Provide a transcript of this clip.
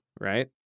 right